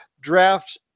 draft